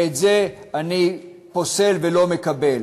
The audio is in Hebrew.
ואת זה אני פוסל ולא מקבל.